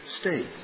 state